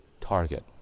Target